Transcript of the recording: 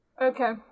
Okay